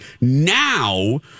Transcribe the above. Now